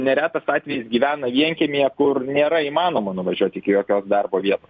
neretas atvejis gyvena vienkiemyje kur nėra įmanoma nuvažiuot iki jokios darbo vietos